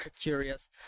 curious